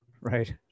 Right